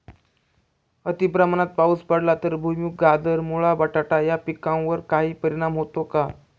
अतिप्रमाणात पाऊस पडला तर भुईमूग, गाजर, मुळा, बटाटा या पिकांवर काही परिणाम होतो का?